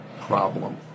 problem